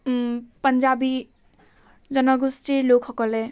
পাঞ্জাৱী জনগোষ্ঠীৰ লোকসকলে